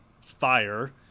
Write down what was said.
Fire